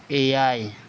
ᱮᱭᱟᱭ